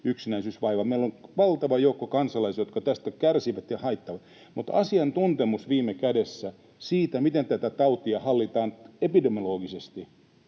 yksinäisyys vaivaa. Meillä on valtava joukko kansalaisia, jotka tästä kärsivät. Mutta viime kädessä asiantuntemus siitä, miten tätä tautia hallitaan epidemiologisesti,